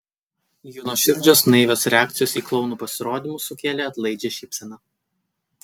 jų nuoširdžios naivios reakcijos į klounų pasirodymus sukėlė atlaidžią šypseną